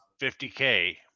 50K